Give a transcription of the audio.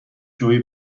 جویی